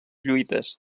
lluites